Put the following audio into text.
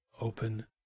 open